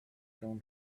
grown